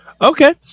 Okay